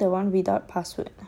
I'm using the one without password